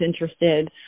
interested